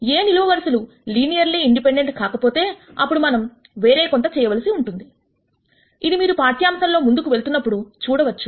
Aనిలువ వరుసలు linearly independent కాకపోతే అప్పుడు మనం వేరే కొంత చేయవలసి ఉంటుంది ఇది మీరు ఈ పాఠ్యాంశంలో ముందుకు వెళ్తున్నప్పుడు చూడవచ్చు